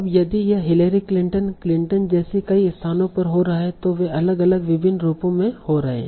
अब यदि यह हिलेरी क्लिंटन क्लिंटन जैसे कई स्थानों पर हो रहा है तो वे अलग अलग विभिन्न रूपों में हो रहे हैं